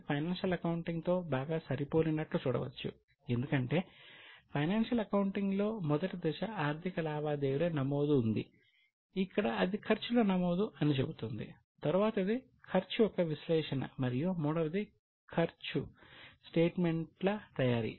ఇది ఫైనాన్షియల్ అకౌంటింగ్తో బాగా సరిపోలినట్లు చూడవచ్చు ఎందుకంటే ఫైనాన్సియల్ అకౌంటింగ్ లో మొదటి దశ ఆర్థిక లావాదేవీల నమోదు ఉంది ఇక్కడ అది ఖర్చుల నమోదు అని చెబుతుంది తరువాతిది ఖర్చు యొక్క విశ్లేషణ మరియు మూడవది ఖర్చు స్టేట్మెంట్ల తయారీ